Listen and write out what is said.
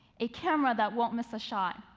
a camera that won't miss a shot,